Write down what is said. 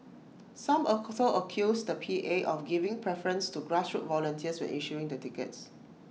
some also accused the P A of giving preference to grassroots volunteers when issuing the tickets